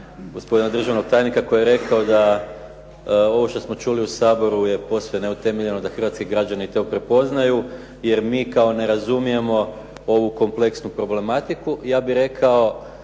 gospodina državnog tajnika koji je rekao da ovo što smo čuli u Saboru je posve neutemeljeno, da hrvatski građani to prepoznaju. Jer mi kao ne razumijemo ovu kompleksnu problematiku. Ja bih rekao